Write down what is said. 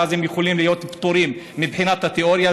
ואז הם יכולים להיות פטורים מבחינת התיאוריה.